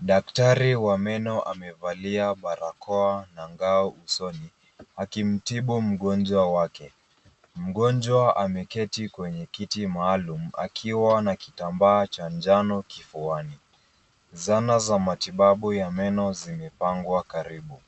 Daktari wa meno amevalia barakoa na ngao usoni akimtibu mgonjwa wake. Mgonjwa ameketi kwenye kiti maalum akiwa na kitambaa cha njano kifuani. Zana za matibabu ya meno zimepangwa karibu.